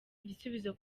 igisubizo